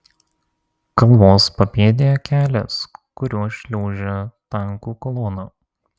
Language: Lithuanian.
kalvos papėdėje kelias kuriuo šliaužia tankų kolona